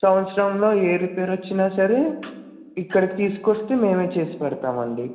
సంవత్సరంలో ఏ రిపేర్ వచ్చినా సరే ఇక్కడికి తీసుకొస్తే మేమే చేసి పెడతామండి